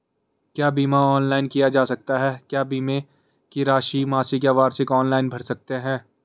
क्या बीमा ऑनलाइन किया जा सकता है क्या बीमे की राशि मासिक या वार्षिक ऑनलाइन भर सकते हैं?